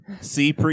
see